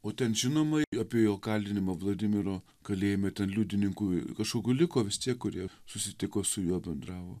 o ten žinoma apie jo kalinimo vladimiro kalėjime ten liudininkų kažkokių liko vis tiek kurie susitiko su juo bendravo